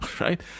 right